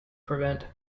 prevent